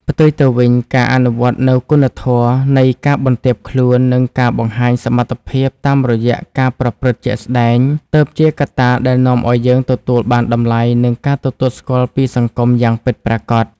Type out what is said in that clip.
ផ្ទុយទៅវិញ ការអនុវត្តនូវគុណធម៌នៃការបន្ទាបខ្លួន និងការបង្ហាញសមត្ថភាពតាមរយៈការប្រព្រឹត្តជាក់ស្ដែង ទើបជាកត្តាដែលនាំឱ្យយើងទទួលបានតម្លៃ និងការទទួលស្គាល់ពីសង្គមយ៉ាងពិតប្រាកដ។